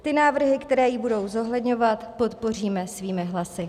Ty návrhy, které ji budou zohledňovat, podpoříme svými hlasy.